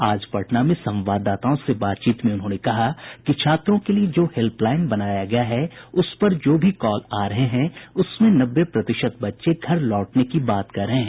आज पटना में संवाददाताओं से बातचीत में उन्होंने कहा कि छात्रों के लिये जो हेल्पलाईन बनाया गया है उस पर जो भी कॉल आ रहे हैं उसमें नब्बे प्रतिशत बच्चे घर लौटने की बात कह रहे हैं